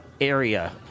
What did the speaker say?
area